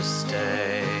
stay